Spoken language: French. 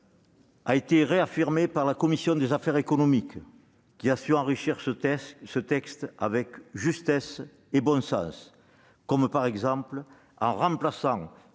a été réaffirmée par la commission des affaires économiques, qui a su enrichir ce texte avec justesse et bon sens, par exemple en remplaçant